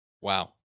wow